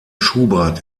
schubert